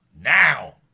Now